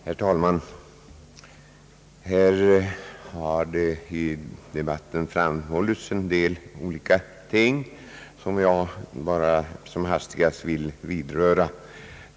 Herr talman! Här har i debatten framhållits en del olika ting, som jag bara som hastigast vill vidröra.